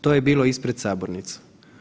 To je bilo ispred sabornice.